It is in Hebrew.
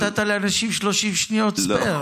אפילו נתת לאנשים 30 שניות ספייר.